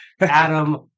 Adam